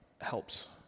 helps